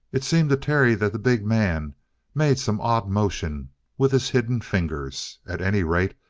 it seemed to terry that the big man made some odd motion with his hidden fingers. at any rate,